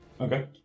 Okay